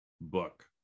book